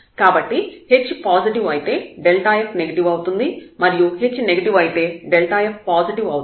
కాబట్టి h positive అయితే f negative అవుతుంది మరియు h నెగిటివ్ అయితే f పాజిటివ్ అవుతుంది